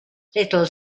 little